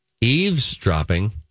Eavesdropping